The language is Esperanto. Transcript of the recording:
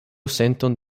senton